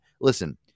listen